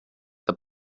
the